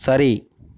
சரி